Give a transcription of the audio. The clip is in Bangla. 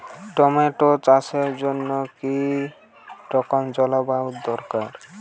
টমেটো চাষের জন্য কি রকম জলবায়ু দরকার?